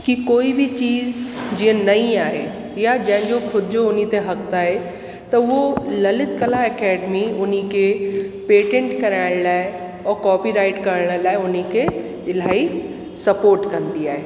कि कोई बि चीज़ जीअं नईं आहे या जंहिंजो ख़ुदि जो हुन ते हक़ु आहे त उहो ललित कला अकेडमी हुनखे पेटेंट कराइण लाइ ऐं कॉपीराइट करण लाइ हुनखे इलाही सपोट कंदी आहे